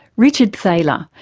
richard thaler,